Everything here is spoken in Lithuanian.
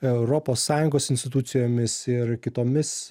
europos sąjungos institucijomis ir kitomis